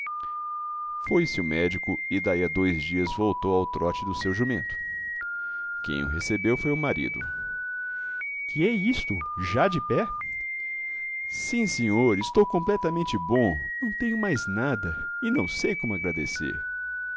foi-se o médico e daí a dois dias voltou ao trote do seu jumento quem o recebeu foi o marido que é isto já de pé sim senhor estou completamente bom não tenho mais nada e não sei como agradecer